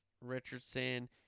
Richardson –